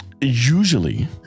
Usually